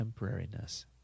temporariness